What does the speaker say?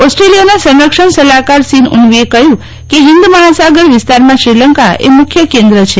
ઓસ્ટ્રેલિયાના સંરક્ષણ સલાહકાર સીન ઉનવીને કહ્યું કે હિન્દ મહાસાગર વિસ્તારમાં શ્રીલંકાએ મુખ્ય કેન્દ્ર છે